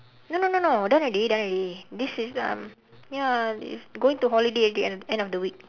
no no no no done already done already this is um ya it's going to holiday again end of the week